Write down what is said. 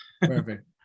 Perfect